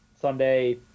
Sunday